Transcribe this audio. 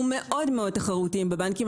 אנחנו מאוד מאוד תחרותיים בבנקים,